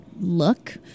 look